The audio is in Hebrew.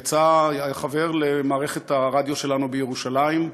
הוא היה חבר במערכת הרדיו שלנו בירושלים,